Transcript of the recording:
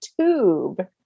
tube